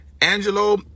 Angelo